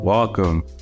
Welcome